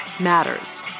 matters